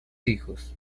hijos